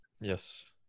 Yes